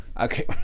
Okay